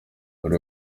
muri